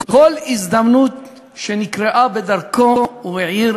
בכל הזדמנות שנקרתה בדרכו הוא העיר